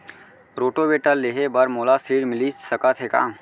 Rotavator लेहे बर मोला ऋण मिलिस सकत हे का?